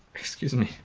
excuse me.